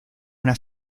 una